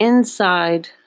Inside